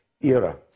era